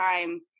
time